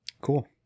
Cool